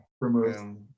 removed